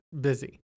busy